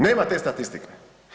Nema te statistike.